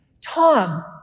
Tom